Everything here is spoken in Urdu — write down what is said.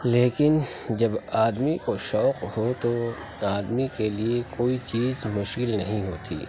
لیکن جب آدمی کو شوق ہو تو آدمی کے لیے کوئی چیز مشکل نہیں ہوتی